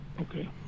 Okay